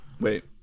Wait